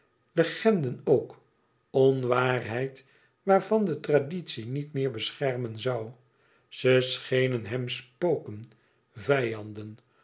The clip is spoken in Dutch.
legenden ook onwaarheid waarvan de traditie niet meer beschermen zoû ze schenen hem spoken vijanden